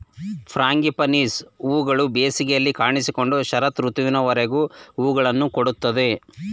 frangipanis ಹೂಗಳು ಬೇಸಿಗೆಯಲ್ಲಿ ಕಾಣಿಸಿಕೊಂಡು ಶರತ್ ಋತುವಿನವರೆಗೂ ಹೂಗಳನ್ನು ಕೊಡುತ್ತದೆ